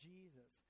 Jesus